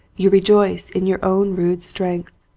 you rejoice in your own rude strength.